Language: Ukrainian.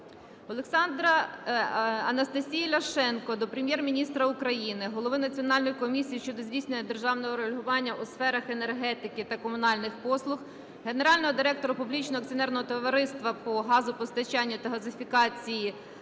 Алкалія. Анастасії Ляшенко до Прем'єр-міністра України, голови Національної комісії щодо здійснення державного регулювання у сферах енергетики та комунальних послуг, генерального директора Публічного акціонерного товариства по газопостачанню та газифікації